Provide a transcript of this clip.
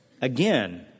Again